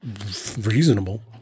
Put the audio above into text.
reasonable